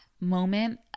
moment